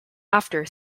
after